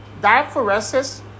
diaphoresis